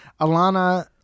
Alana